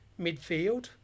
midfield